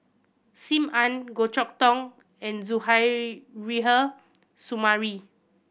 Sim Ann Goh Chok Tong and Suzairhe Sumari